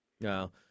No